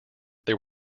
there